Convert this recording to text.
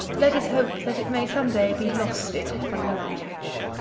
let us hope that it may some day be losted from the language.